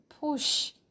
push